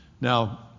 Now